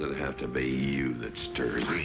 have to be you that stirs